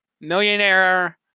millionaire